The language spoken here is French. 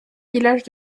village